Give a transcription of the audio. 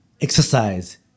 exercise